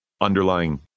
underlying